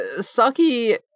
Saki